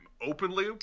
openly